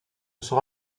sera